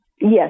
yes